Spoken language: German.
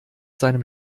seinem